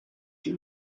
you